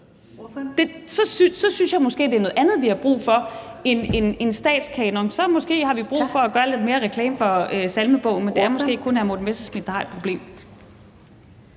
Så synes jeg måske, at det er noget andet, vi har brug for, end en statskanon. Så har vi måske brug for at gøre lidt mere reklame for salmebogen, men det er måske kun hr. Morten Messerschmidt, der har et problem.